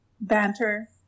banter